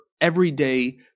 everyday